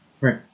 Right